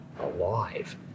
alive